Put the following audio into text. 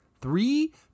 Three